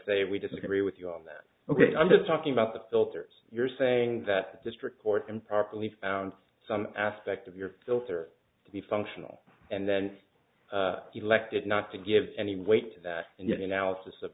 say we disagree with you on that ok i'm not talking about the filters you're saying that the district court improperly found some aspect of your filter to be functional and then elected not to give any weight to that and yet analysis of